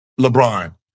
LeBron